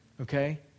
okay